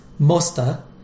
mosta